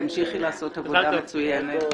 תמשיכי לעשות עבודה מצוינת.